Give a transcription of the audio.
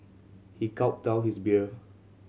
he gulped down his beer